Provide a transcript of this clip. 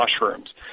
mushrooms